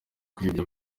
kuyobya